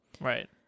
Right